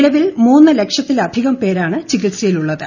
നിലവിൽ മൂന്ന് ലക്ഷത്തിലധികം പേരാണ് ചികിത്സയിലുള്ളത്